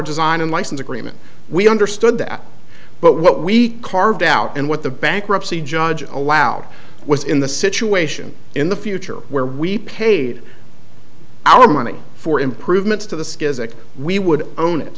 design and license agreement we understood that but what we carved out and what the bankruptcy judge allowed was in the situation in the future where we paid our money for improvements to the skills that we would own it